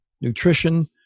nutrition